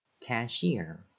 Cashier